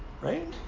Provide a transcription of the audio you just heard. Right